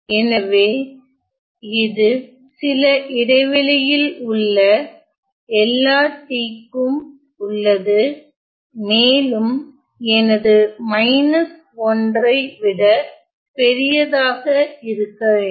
எனவே இது சில இடைவெளியில் உள்ள எல்லா t க்கும் உள்ளது மேலும் எனது 1 ஐ விட பெரியதாக இருக்க வேண்டும்